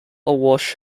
awash